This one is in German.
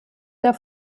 der